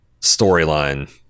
storyline